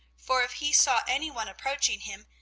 for if he saw any one approaching him,